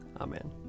Amen